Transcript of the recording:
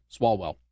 Swalwell